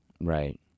Right